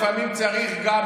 זה בדיוק מה שהוא רוצה לעשות.